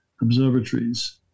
observatories